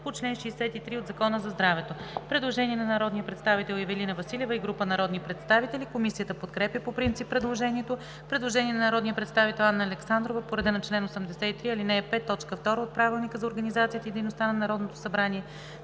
по чл. 63 от Закона за здравето.“ Предложение на народния представител Ивелина Василева и група народни представители. Комисията подкрепя по принцип предложението. Предложение на народния представител Анна Александрова по реда на чл. 83, ал. 5, т. 2 от Правилника за организацията и дейността на Народното събрание.